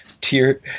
tier